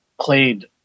played